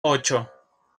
ocho